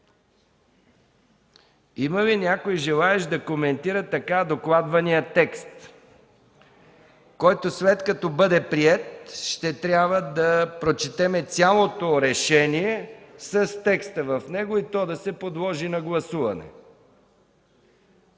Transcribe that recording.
Има ли желаещ да коментира така докладвания текст, който след като бъде приет, ще трябва да прочетем цялото решение с текста в него и то да се подложи на гласуване?